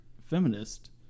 feminist